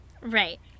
Right